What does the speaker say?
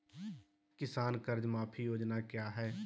किसान कर्ज माफी योजना क्या है?